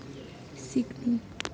सिक्नु